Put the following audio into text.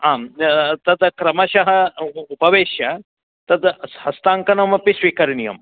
आं तत् क्रमशः उ उपविश्य तद् हस्ताङ्कनमपि स्वीकरणीयं